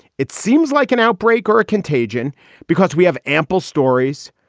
it seems like an outbreak or a contagion because we have ample stories.